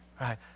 right